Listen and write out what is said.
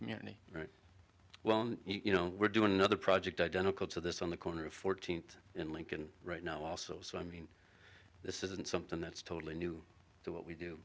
community well you know we're doing another project identical to this on the corner of fourteenth and lincoln right now also so i mean this isn't something that's totally new to what we do